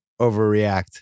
overreact